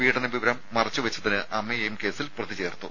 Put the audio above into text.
പീഡന വിവരം മറച്ചു വെച്ചതിന് അമ്മയെയും കേസിൽ പ്രതി ചേർത്തു